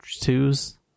twos